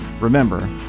Remember